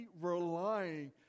relying